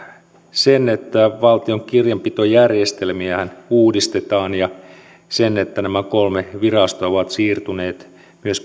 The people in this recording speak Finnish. sen että valtion kirjanpitojärjestelmiähän uudistetaan ja sen että nämä kolme virastoa ovat myös siirtyneet